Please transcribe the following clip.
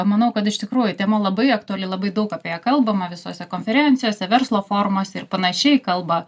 manau kad iš tikrųjų tema labai aktuali labai daug apie ją kalbama visose konferencijose verslo forumuose ir panašiai kalba